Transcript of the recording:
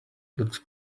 looks